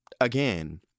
again